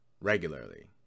regularly